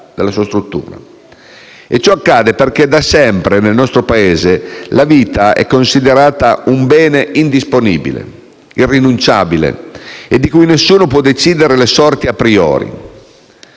E ciò accade perché da sempre, nel nostro Paese, la vita è considerata un bene indisponibile e irrinunciabile, di cui nessuno può decidere le sorti *a priori*.